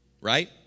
right